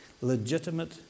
legitimate